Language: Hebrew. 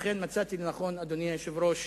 לכן מצאתי לנכון, אדוני היושב-ראש,